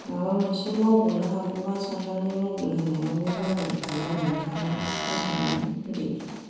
माबा मोनसे मावग'नो हागौबा साननानै मबेल होनायावबो मबेलखौ नायनानै थानो मोजां मोनो उन्दैफ्रा